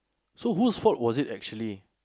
so whose fault was it actually